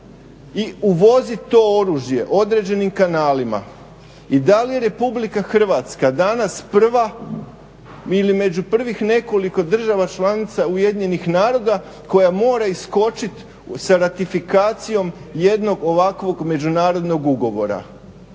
i uvozit to oružje određenim kanalima i da li RH danas prva ili među prvih nekoliko država članica UN-a koja mora iskočiti sa ratifikacijom jednog ovakvog međunarodnog ugovora,